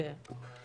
אבל,